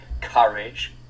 courage